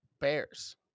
Bears